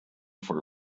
for